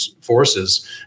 forces